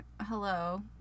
hello